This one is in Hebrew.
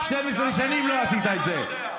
12 שנים לא עשית את זה.